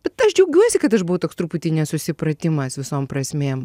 bet aš džiaugiuosi kad aš buvau toks truputį nesusipratimas visom prasmėm